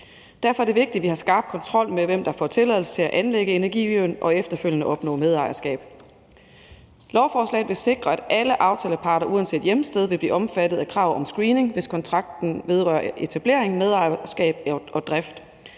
Derfor er det vigtigt, at vi har skarp kontrol med, hvem der får tilladelse til at anlægge energiøen og efterfølgende opnå medejerskab. Lovforslaget vil sikre, at alle aftaleparter uanset hjemsted vil blive omfattet af krav om screening, hvis kontrakten vedrører etablering, medejerskab og drift.